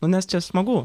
nu nes čia smagu